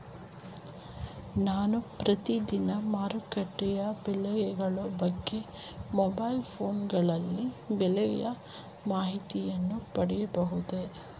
ನಾನು ಪ್ರತಿದಿನ ಮಾರುಕಟ್ಟೆಯ ಬೆಲೆಗಳ ಬಗ್ಗೆ ಮೊಬೈಲ್ ಫೋನ್ ಗಳಲ್ಲಿ ಬೆಲೆಯ ಮಾಹಿತಿಯನ್ನು ಪಡೆಯಬಹುದೇ?